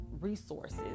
resources